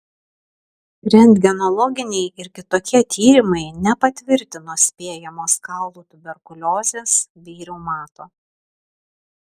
rentgenologiniai ir kitokie tyrimai nepatvirtino spėjamos kaulų tuberkuliozės bei reumato